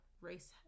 race